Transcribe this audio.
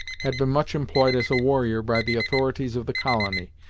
had been much employed as a warrior by the authorities of the colony,